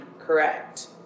correct